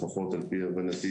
לפחות על פי הבנתי,